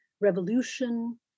revolution